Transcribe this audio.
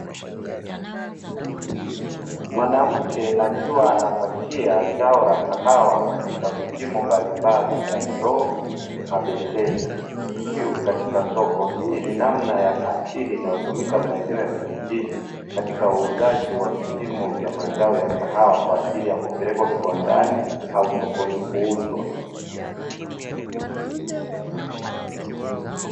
Mwanamke akiwa anapakia zao la kahawa katika vipimo mbalimbali vya ndoo, mabeseni, ikiwa katika soko. Hii ni namna ya asili inayotumika maeneo ya vijijini, katika uuzaji wa vipimo vya mazao ya kahawa kwa ajili ya kupelekwa kiwandani au sokoni kuuzwa.